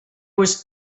was